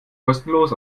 kostenlos